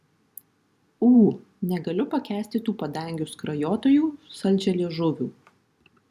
ū negaliu pakęsti tų padangių skrajotojų saldžialiežuvių